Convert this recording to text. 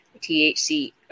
THC